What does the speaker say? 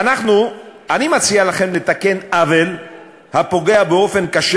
אני מציע לכם לתקן עוול הפוגע באופן קשה